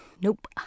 Nope